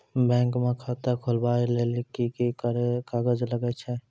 Bank म खाता खोलवाय लेली की की कागज लागै छै?